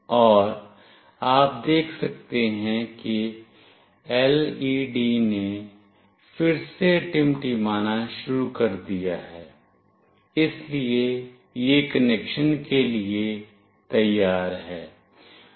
और आप देख सकते हैं कि LED ने फिर से टिमटिमाना शुरू कर दिया है इसलिए यह कनेक्शन के लिए तैयार है